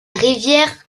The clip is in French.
rivière